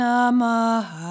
Namah